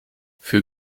für